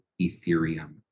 Ethereum